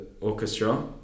orchestra